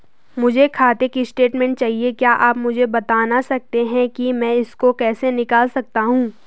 मुझे खाते की स्टेटमेंट चाहिए क्या आप मुझे बताना सकते हैं कि मैं इसको कैसे निकाल सकता हूँ?